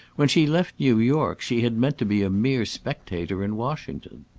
when she left new york, she had meant to be a mere spectator in washington.